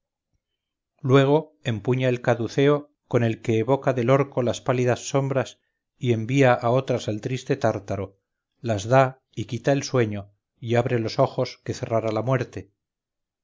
luego empuña el caduceo con el que evoca del orco las pálidas sobras y envía a otras al triste tártaro las da y quita el sueño y abre los ojos que cerrara la muerte